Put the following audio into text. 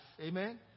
Amen